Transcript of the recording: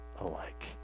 alike